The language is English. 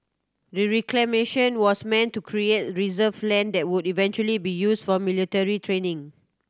the reclamation was meant to create reserve land that would eventually be used for military training